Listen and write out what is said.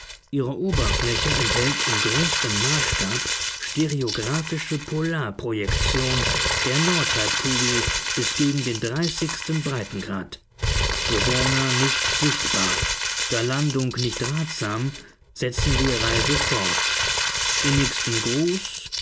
ihre oberfläche enthält im größten maßstab stereographische polarprojektion der nordhalbkugel bis gegen den dreißigsten breitengrad bewohner nicht sichtbar da landung nicht ratsam setzen wir reise fort innigsten gruß